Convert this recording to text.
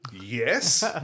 Yes